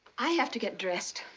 i have to get dressed.